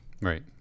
Right